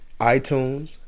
iTunes